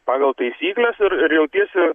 pagal taisykles ir ir jautiesi